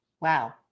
Wow